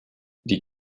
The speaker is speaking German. die